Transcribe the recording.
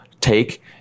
take